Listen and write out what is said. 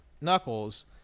knuckles